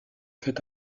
fait